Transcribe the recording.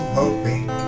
hoping